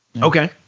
Okay